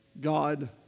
God